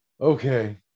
Okay